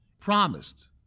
Promised